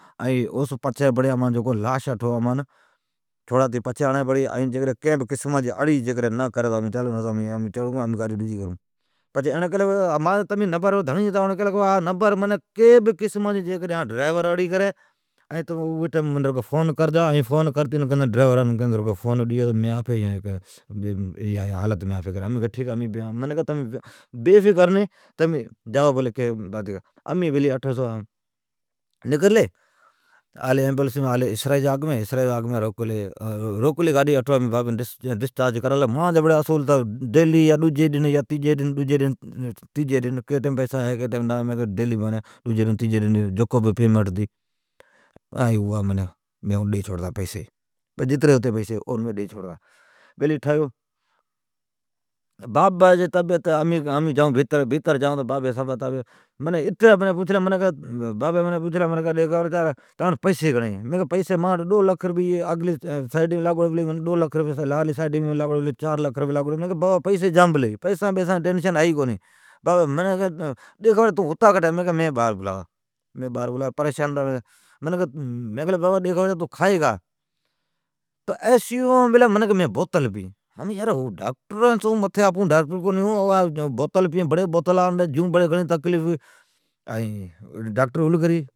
ائین لاش اچاڑین پڑی، این کی اتھو اری نا کری۔ اوڑن کیلی ڈرائیور تما سون کنھن بہ قسما جی اڑی کری تمین منین فون کرجا باقی تمین بی فکر ھنی جاوا بولی۔ اٹھو سو امین نکرلی آلی اسرائی بر اٹھو امین بابین دسچارج کرالا۔ مانجا بڑی ھا اصول ہے کدھن پئسا ہے کڈھن نا ہے، جکو بہ پیمٹ ھتی مین اون ڈی چھوڑتا پئسی جتری ھتی۔ امین اٹھو پجلیمن کیلی تاٹھ پئسی کتری ھی، پئسی دو لکھ روپئی مانجی ایی سئیڈیم لاگوڑی پلی ھی دو لکھ روپئی مانجی ایی سائیدیم لاگوڑی پلی ھی مین کیلی بابا پئسان جی ٹینشن ھئی کونی۔ منین کیلی ڈی خبر تو ھتا کٹھی مین کیلی مین اتھی باھر ابھلا ھتا۔ مین بابین کیلی تون کھائی کا ھمین اء سی یوم بیلی ھون، منین کیلی مین بوتل پین۔ ھمین اپون ڈاکٹرران سون متھی ڈاکٹرر کونی ھون، بوتل بڑی متھی گھڑین تقلیف نا ڈی، داکٹر ھل کرری مین کیلی